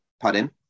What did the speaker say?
Pardon